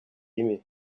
aimé